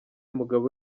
umugabo